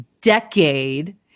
decade